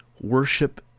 Worship